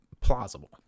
plausible